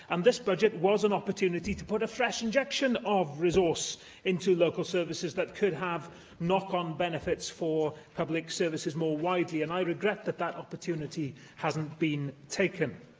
and this budget was an opportunity to put a fresh injection of resource into local services that could have knock-on benefits for public services more widely, and i regret that that opportunity hasn't been taken.